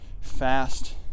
fast